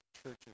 churches